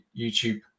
YouTube